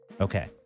Okay